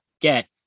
get